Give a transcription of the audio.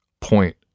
point